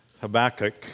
Habakkuk